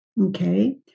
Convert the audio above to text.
Okay